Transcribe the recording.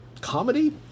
comedy